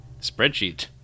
spreadsheet